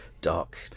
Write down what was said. dark